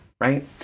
right